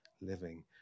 living